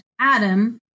Adam